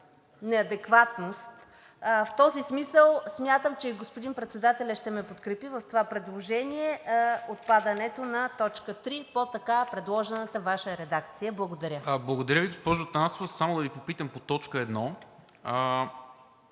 неадекватност. В този смисъл смятам, че и господин председателят ще ме подкрепи в това предложение – отпадането на т. 3 по така предложената Ваша редакция. Благодаря. ПРЕДСЕДАТЕЛ НИКОЛА МИНЧЕВ: Благодаря Ви, госпожо Атанасова. Само да Ви попитам по т. 1